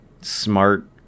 smart